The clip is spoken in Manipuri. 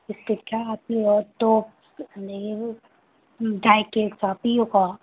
ꯕꯤꯁꯀꯤꯠ ꯈꯔ ꯍꯥꯞꯄꯤꯌꯣ ꯇꯣꯞꯁ ꯑꯗꯒꯤ ꯗ꯭ꯔꯥꯏ ꯀꯦꯛꯁꯨ ꯍꯥꯞꯄꯤꯌꯨꯀꯣ